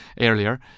earlier